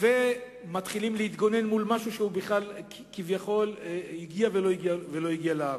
ומתחילים להתגונן מול משהו שהוא כביכול הגיע ולא הגיע לארץ.